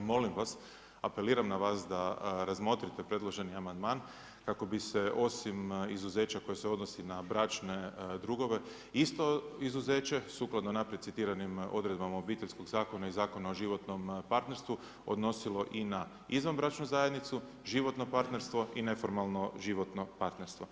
molim vas, apeliram na vas da razmotrite predloženi amandman kako bi se osim izuzeća koje se odnosi na bračne drugove isto izuzeće sukladno naprijed citiranim odredbama Obiteljskog zakona i Zakona o životnom partnerstvu odnosilo i izvanbračnu zajednicu, životno partnerstvo i neformalno životno partnerstvo.